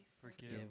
forgive